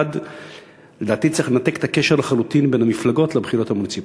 1. לדעתי צריך לנתק את הקשר לחלוטין בין המפלגות לבחירות המוניציפליות.